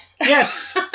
Yes